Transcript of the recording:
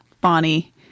Bonnie